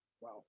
Wow